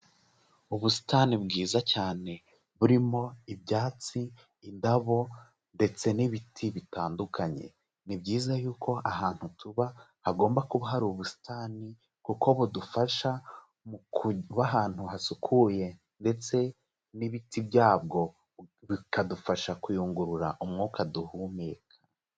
Ubusitani bwiza cyane burimo ibyatsi, indabo ndetse n'ibiti bitandukanye. Ni byiza yuko ahantu tuba hagomba kuba hari ubusitani, kuko budufasha mu kuba ahantu hasukuye ndetse n'ibiti byabwo bikadufasha kuyungurura umwuka duhumeka.